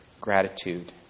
gratitude